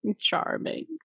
charming